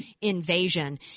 invasion